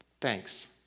Thanks